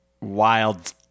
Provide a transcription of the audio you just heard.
wild